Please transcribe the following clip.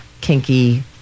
kinky